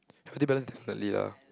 healthy balance definitely lah